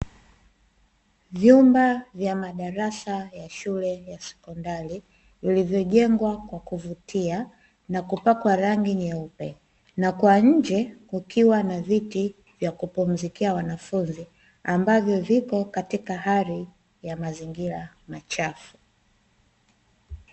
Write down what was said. Vyumba vya madarasa ya shule ya sekondari vilivyojengwa kwa kuvutia na kupakwa rangi nyeupe, na kwa nje kukiwa na viti vya kupumzikia wanafunzi ambavyo viko katika hali ya mazingira machafu.